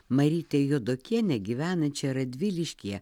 marytę juodokienę gyvenančią radviliškyje